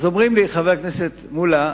אז אומרים לי, חבר הכנסת מולה,